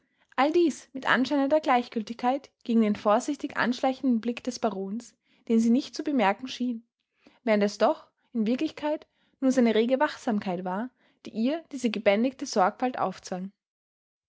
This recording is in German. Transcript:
all dies mit anscheinender gleichgültigkeit gegen den vorsichtig anschleichenden blick des barons den sie nicht zu bemerken schien während es doch in wirklichkeit nur seine rege wachsamkeit war die ihr diese gebändigte sorgfalt aufzwang